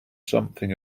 something